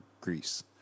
Greece